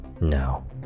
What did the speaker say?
Now